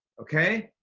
okay?